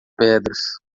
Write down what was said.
pedras